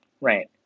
Right